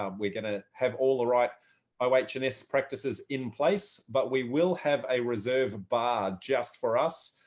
um we're going to have all the right ah right h and s practices in place, but we will have a reserve bar just for us.